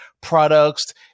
products